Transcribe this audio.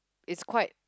it's quite